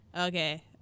Okay